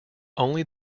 only